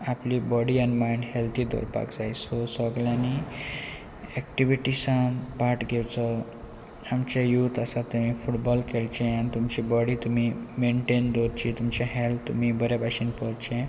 आपली बॉडी आनी mind healthy दवरपाक जाय सो सोगल्यांनी एक्टिविटीसान पार्ट घेवचो आमचे यूथ आसा तेणे फुटबॉल खेळचें आनी तुमची बॉडी तुमी मेनटेन दवरची तुमचे हेल्थ तुमी बऱ्या भाशेन पोवचे